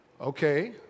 Okay